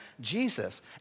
Jesus